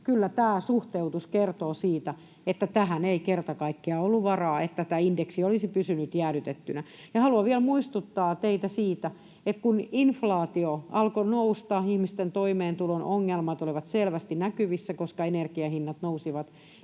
Kyllä tämä suhteutus kertoo siitä, että tähän ei kerta kaikkiaan ollut varaa, että tämä indeksi olisi pysynyt jäädytettynä. Haluan vielä muistuttaa teitä siitä, että kun inflaatio alkoi nousta ja ihmisten toimeentulon ongelmat olivat selvästi näkyvissä, koska energian hinnat nousivat,